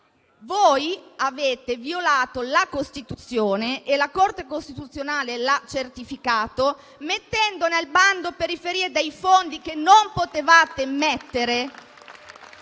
voi avete violato la Costituzione - e la Corte costituzionale l'ha certificato - mettendo nel bando periferie dei fondi che non potevate mettere.